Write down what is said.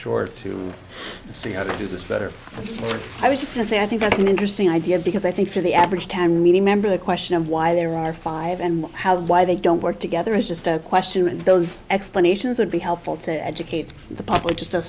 this better i was just to say i think that's an interesting idea because i think for the average time many member the question of why there are five and how why they don't work together is just a question and those explanations would be helpful to educate the public just